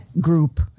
group